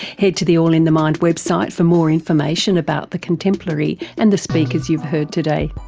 head to the all in the mind website for more information about the contemplary and the speakers you've heard today.